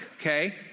okay